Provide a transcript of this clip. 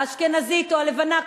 האשכנזית או הלבנה,